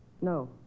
No